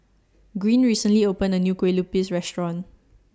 Gwyn recently opened A New Kue Lupis Restaurant